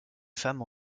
femmes